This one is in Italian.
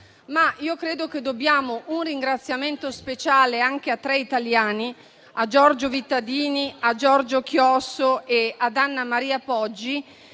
credo, però, che dobbiamo un ringraziamento speciale anche a tre italiani: Giorgio Vittadini, Giorgio Chiosso ed Anna Maria Poggi,